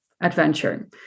adventure